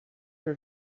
her